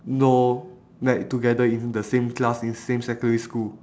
know back together in the same class in same secondary school